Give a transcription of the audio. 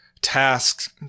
tasks